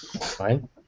Fine